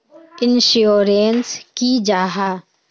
Insurance की जाहा?